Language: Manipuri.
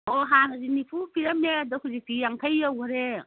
ꯍꯣ ꯍꯥꯟꯅꯗꯤ ꯅꯤꯐꯨ ꯄꯤꯔꯝꯃꯦ ꯑꯗꯣ ꯍꯧꯖꯤꯛꯇꯤ ꯌꯥꯡꯈꯩ ꯌꯧꯈ꯭ꯔꯦ